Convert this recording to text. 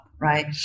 right